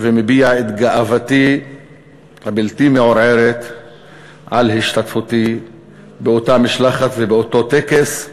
ומביע את גאוותי הבלתי מעורערת על השתתפותי באותה משלחת ובאותו טקס.